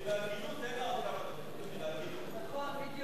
בשביל ההגינות, תן לה עוד כמה דקות.